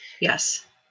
Yes